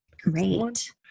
Great